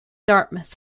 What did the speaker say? dartmouth